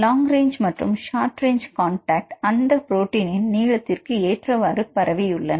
long range மற்றும் short range contact அந்த புரோட்டின்இன் நீளத்திற்கு ஏற்றவாறு பரவியுள்ளன